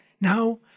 now